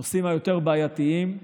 הנושאים היותר-בעייתיים,